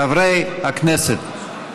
חברי הכנסת,